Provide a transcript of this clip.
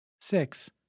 Six